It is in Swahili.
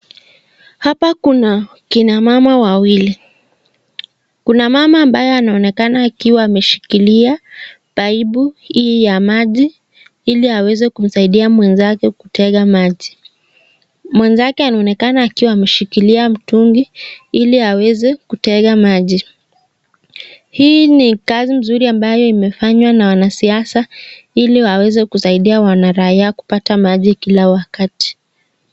Hapa kuna kina mama wawili. Kuna mama ambaye anaonekana akiwa ameshikilia pipu hii ya maji ili aweze kusaidia mwenzake kutega maji. Mwenzake anaonekana akiwa ameshikilia mtungi ili aweze kutega maji. Hii ni kazi nzuri ambayo imefanywa na wanasiasa ili waweze kusaidia wanaraia kupata maji kila wakati.